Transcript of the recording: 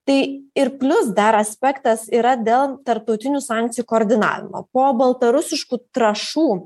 tai ir plius dar aspektas yra dėl tarptautinių sankcijų koordinavimo po baltarusiškų trąšų